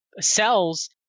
cells